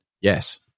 Yes